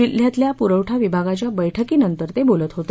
जिल्ह्यातल्या पुरवठा विभागाच्या बैठकीनंतर ते बोलत होते